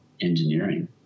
engineering